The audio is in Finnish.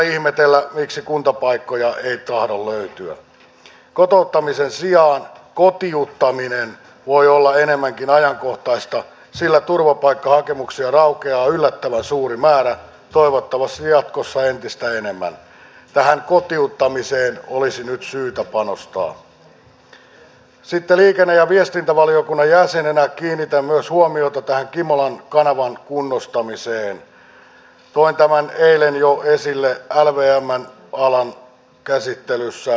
minusta on tärkeää että ympärivuorokautisesta hoivasta laitoshoivasta sen tasosta pidetään kiinni että se on hyvää että se on turvalliseksi koettua ja se vaihtoehto ja valinta on aidosti sen omaishoitajan joka päättää sitten hoitaako hän sitä ikääntyvää vanhusta tai sairasta lasta kotona vai mitä ratkaisuja tehdään